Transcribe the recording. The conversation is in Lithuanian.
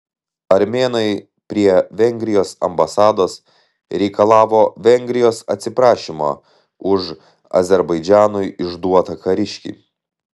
armėnai prie vengrijos ambasados reikalavo vengrijos atsiprašymo už azerbaidžanui išduotą kariškį